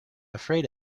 afraid